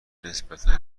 نسبتا